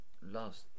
last